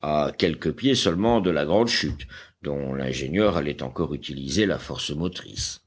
à quelques pieds seulement de la grande chute dont l'ingénieur allait encore utiliser la force motrice